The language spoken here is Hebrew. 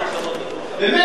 באמת, מה קרה?